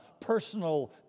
personal